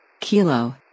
Kilo